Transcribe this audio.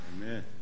Amen